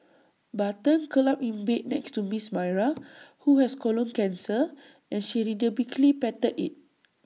button curled up in bed next to miss Myra who has colon cancer and she rhythmically patted IT